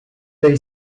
they